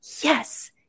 yes